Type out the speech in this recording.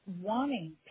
wanting